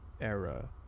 era